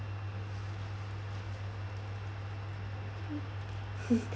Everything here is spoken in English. mm